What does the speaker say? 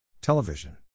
Television